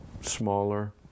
smaller